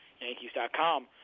Yankees.com